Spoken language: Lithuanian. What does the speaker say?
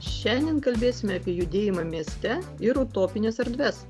šiandien kalbėsime apie judėjimą mieste ir utopines erdves